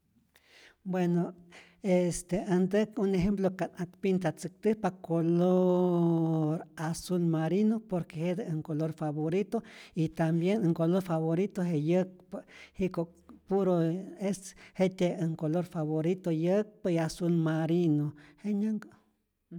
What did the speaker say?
Bueno este äj ntäk un ejemplo ka't ak pintatzäktäjpa coloooor azul marino, por que jete äj ncolor favorito y tambien äj ncolor favorito je yäkpä, jiko' puro e jetye äj ncolor favorito, yäkpä' y azul marino, jenyanhkä'.